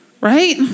right